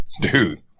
Dude